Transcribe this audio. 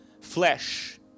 flesh